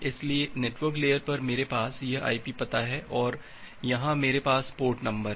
इसलिए network layer पर मेरे पास यह IP पता है और यहां मेरे पास पोर्ट नंबर है